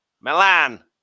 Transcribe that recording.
Milan